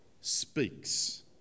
speaks